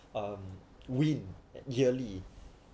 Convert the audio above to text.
um win yearly